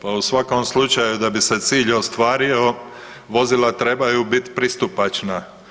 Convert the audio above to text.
Pa u svakom slučaju da bi se cilj ostvario, vozila trebaju biti pristupačna.